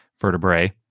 vertebrae